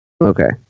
Okay